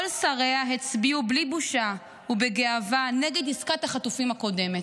כל שריה הצביעו בלי בושה ובגאווה נגד עסקת החטופים הקודמת,